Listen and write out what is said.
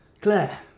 Claire